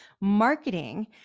marketing